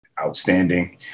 outstanding